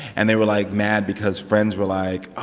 and they were, like, mad because friends were like, ah